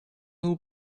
nous